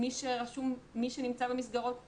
מי שנמצא במסגרות היל"ה,